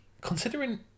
considering